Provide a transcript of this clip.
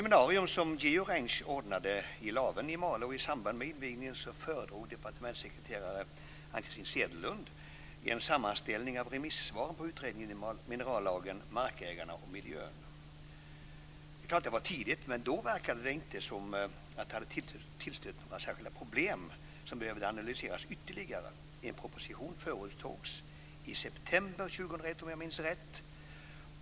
Malå i samband med invigningen föredrog departementssekreterare Ann-Christin Cederlund en sammanställning av remissvaren på utredningen Minerallagen, markägarna och miljön. Det är klart att det var tidigt, men då verkade det inte som om det hade tillstött några särskilda problem som behövde analyseras ytterligare. En proposition förutsågs i september 2001, om jag minns rätt.